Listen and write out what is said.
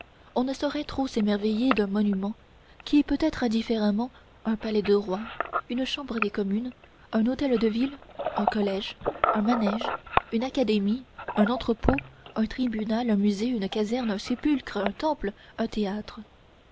on ne saurait trop s'émerveiller d'un monument qui peut être indifféremment un palais de roi une chambre des communes un hôtel de ville un collège un manège une académie un entrepôt un tribunal un musée une caserne un sépulcre un temple un théâtre